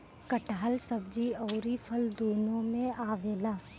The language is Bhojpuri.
कटहल सब्जी अउरी फल दूनो में आवेला